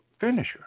Finisher